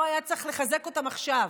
לא היה צריך לחזק אותם עכשיו,